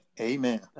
Amen